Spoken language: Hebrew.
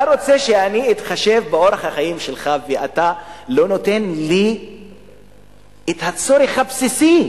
אתה רוצה שאני אתחשב באורח החיים שלך ואתה לא נותן לי את הצורך הבסיסי,